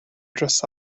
dress